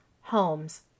homes